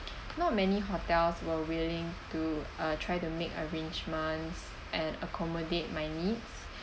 not many hotels were willing to uh try to make arrangements and accommodate my needs